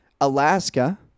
Alaska